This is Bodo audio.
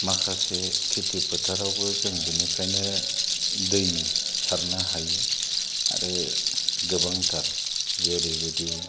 माखासे खेथि फोथारावबो जों बेनिफ्रायनो दै सारनो हायो आरो गोबांथार जेरैबायदि